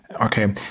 Okay